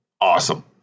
awesome